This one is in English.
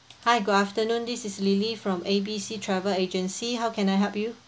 hi good afternoon this is lily from a b c travel agency how can I help you